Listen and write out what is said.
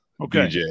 Okay